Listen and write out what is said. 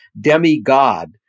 demigod